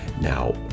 Now